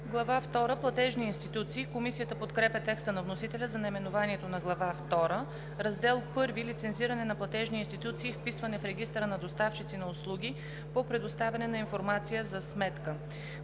втора – Платежни институции“. Комисията подкрепя текста на вносителя за наименованието на Глава втора. „Раздел I – Лицензиране на платежни институции и вписване в регистъра на доставчици на услуги по предоставяне на информация за сметка“.